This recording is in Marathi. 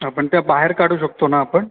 आं पण त्या बाहेर काढू शकतो ना आपण